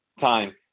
time